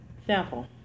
example